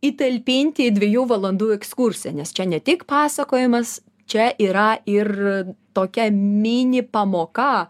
įtalpinti į dviejų valandų ekskursiją nes čia ne tik pasakojimas čia yra ir tokia mini pamoka